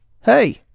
Hey